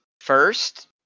first